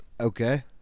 Okay